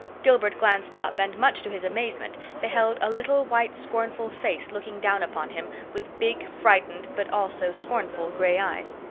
gilbert glanced up and, much to his amazement, beheld a little white scornful face looking down upon him with big, frightened but also scornful gray eyes.